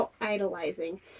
idolizing